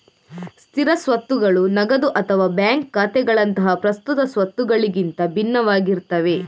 ಸ್ಥಿರ ಸ್ವತ್ತುಗಳು ನಗದು ಅಥವಾ ಬ್ಯಾಂಕ್ ಖಾತೆಗಳಂತಹ ಪ್ರಸ್ತುತ ಸ್ವತ್ತುಗಳಿಗಿಂತ ಭಿನ್ನವಾಗಿರ್ತವೆ